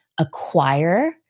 acquire